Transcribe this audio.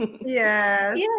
Yes